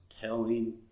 telling